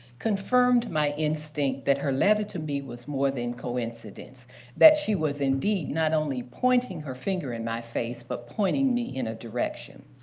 confirmed my instinct that her letter to me was more than coincidence that she was, indeed, not only pointing her finger in my face but pointing me in a direction.